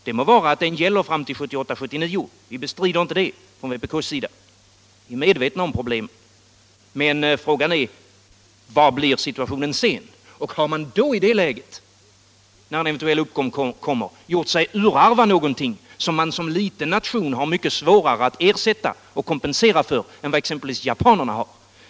Det må vara att den gäller fram till 1978 eller 1979 — det bestrider vi inte från vpk:s sida, utan vi är medvetna om problemen - men frågan är vilken situation vi sedan kommer att få. Om vi när det blir en uppgång gjort oss urarva, har vi som liten nation mycket svårare att ersätta det som vi gjort oss av med än vad exempelvis japanerna har.